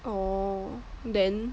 orh then